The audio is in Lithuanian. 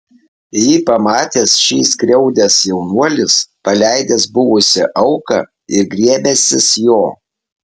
jį pamatęs šį skriaudęs jaunuolis paleidęs buvusią auką ir griebęsis jo